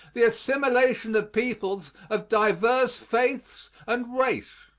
the assimilation of people of divers faiths and race.